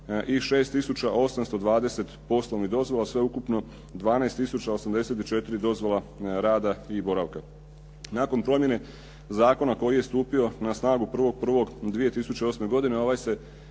820 poslovnih dozvola, sveukupno 12 tisuća 84 dozvole rada i boravka. Nakon promjene zakona koji je stupio na snagu 1.1.2008. godine ovaj se